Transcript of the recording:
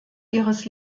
ihres